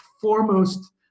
foremost